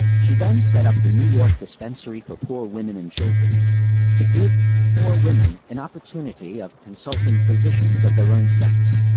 she then set up the new york dispensary for poor women and children to give to poor women an opportunity of consulting physicians of their own sex.